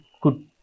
good